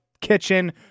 kitchen